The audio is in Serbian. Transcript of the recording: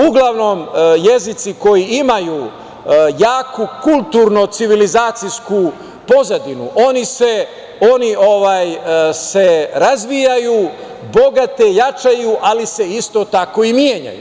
Uglavnom, jezici koji imaju jaku kulturno-civilizacijsku pozadinu, oni se razvijaju, bogate, jačaju, ali se isto tako i menjaju.